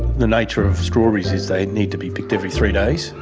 the nature of strawberries is they need to be picked every three days,